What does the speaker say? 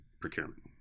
procurement